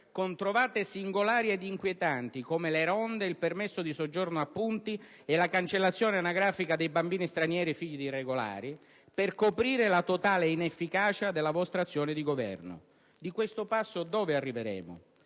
con trovate singolari ed inquietanti come le ronde, il permesso di soggiorno a punti e la cancellazione anagrafica dei bambini stranieri figli di irregolari per coprire la totale inefficacia della vostra azione di Governo. Di questo passo dove arriveremo?